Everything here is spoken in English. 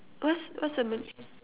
what's what's the mal~